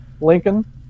Lincoln